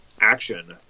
Action